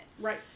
Right